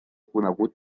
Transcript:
conegut